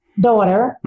daughter